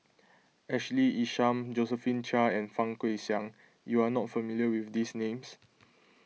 Ashley Isham Josephine Chia and Fang Guixiang you are not familiar with these names